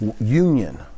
union